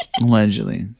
allegedly